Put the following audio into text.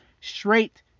straight